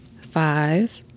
five